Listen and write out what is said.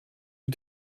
für